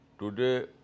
Today